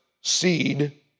seed